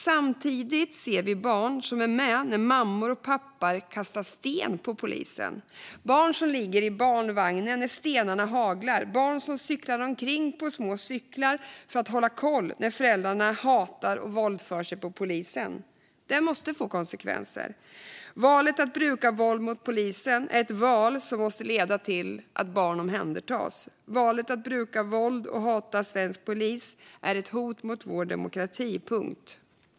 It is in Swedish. Samtidigt ser vi barn som är med när mammor och pappor kastar sten på polisen, barn som ligger i barnvagnen när stenarna haglar och barn som cyklar omkring på små cyklar för att hålla koll när föräldrarna hatar och våldför sig på polisen. Det måste få konsekvenser. Valet att bruka våld mot polisen är ett val som måste leda till att barn omhändertas. Valet att bruka våld och hata svensk polis är ett hot mot vår demokrati - punkt.